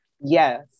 Yes